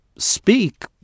speak